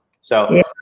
So-